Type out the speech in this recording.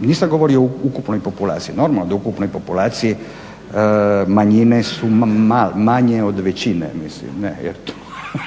nisam govorio o ukupnoj populaciji. Normalno da u ukupnoj populaciji manjine su manje od većine ne, mislim to je, drago